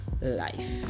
life